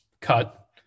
cut